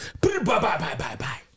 Bye-bye-bye-bye-bye